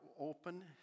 open